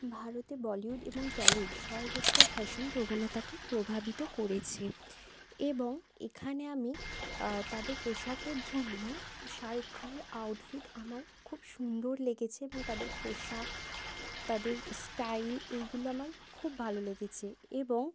ভারতে বলিউড এবং টলিউড সর্বত্র ফ্যাশান প্রবণতাকে প্রভাবিত করেছে এবং এখানে আমি তাদের পোশাকের জন্য শাহরুখ খানের আউটফিট আমার খুব সুন্দর লেগেছে এবং তাদের পোশাক তাদের স্টাইল এইগুলো আমার খুব ভালো লেগেছে এবং